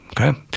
okay